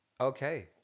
Okay